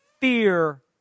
Fear